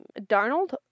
Darnold